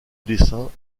dessin